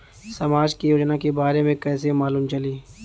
समाज के योजना के बारे में कैसे मालूम चली?